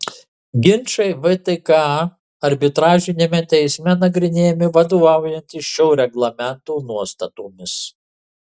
ginčai vtka arbitražiniame teisme nagrinėjami vadovaujantis šio reglamento nuostatomis